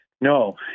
No